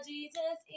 Jesus